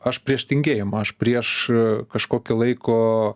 aš prieš tingėjimą aš prieš kažkokį laiko